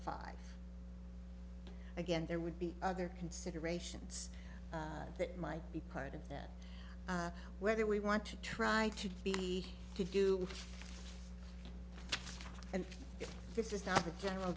five again there would be other considerations that might be part of that whether we want to try to be to do and this is not a general